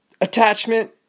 attachment